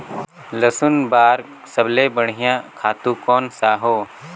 लसुन बार सबले बढ़िया खातु कोन सा हो?